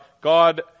God